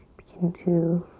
begin to